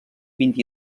vint